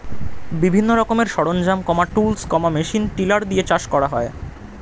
বিভিন্ন রকমের সরঞ্জাম, টুলস, মেশিন টিলার দিয়ে চাষ করা হয়